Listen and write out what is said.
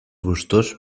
gustós